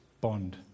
bond